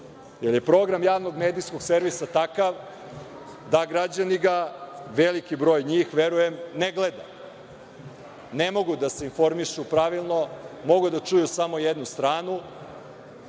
jer je program Javnog medijskog servisa takav da ga građani, bar veliki broj njih, verujem, ne gleda. Ne mogu da se informišu pravilno, mogu da čuju samo jednu stranu,